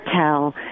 Tell